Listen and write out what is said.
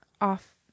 off